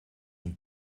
een